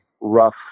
rough